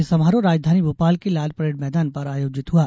मुख्य समारोह राजधानी भोपाल के लालपरेड मैदान पर आयोजित हुआ